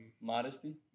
modesty